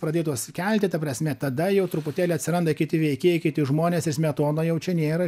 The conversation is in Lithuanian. pradėtos kelti ta prasme tada jau truputėlį atsiranda kiti veikėjai kiti žmonės ir smetona jau čia nėra